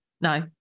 No